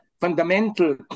fundamental